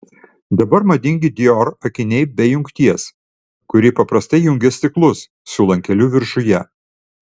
dabar madingi dior akiniai be jungties kuri paprastai jungia stiklus su lankeliu viršuje